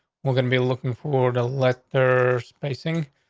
we're gonna be looking forward. a let their spacing.